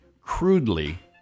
crudely